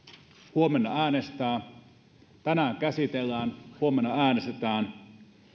huomenna äänestää tänään käsitellään huomenna äänestetään